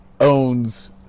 owns